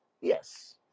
yes